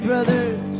Brothers